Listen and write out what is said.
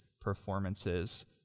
performances